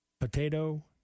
Potato